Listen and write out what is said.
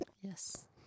Yes